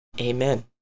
Amen